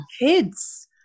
Kids